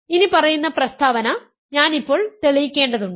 ഇനിപ്പറയുന്ന പ്രസ്താവന ഞാൻ ഇപ്പോൾ തെളിയിക്കേണ്ടതുണ്ട്